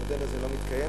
המודל הזה לא מתקיים,